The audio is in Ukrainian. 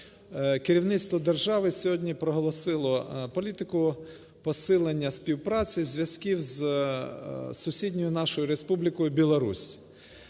керівництво держави сьогодні проголосило політику, посилення співпраці, зв'язків з сусідньою нашою Республікою Білорусь.